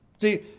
See